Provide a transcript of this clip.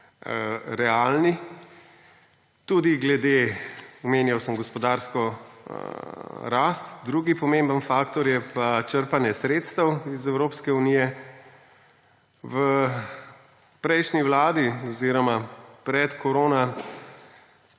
realni, omenjal sem gospodarsko rast, drugi pomemben faktor je pa črpanje sredstev iz Evropske unije. V prejšnji vladi oziroma pred korono